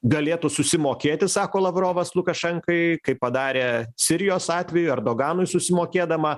galėtų susimokėti sako lavrovas lukašenkai kaip padarė sirijos atveju erdoganui susimokėdama